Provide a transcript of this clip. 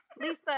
Lisa